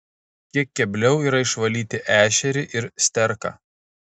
kiek kebliau yra išvalyti ešerį ir sterką